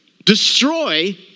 Destroy